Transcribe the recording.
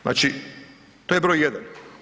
Znači, to je broj jedan.